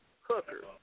hookers